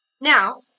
Now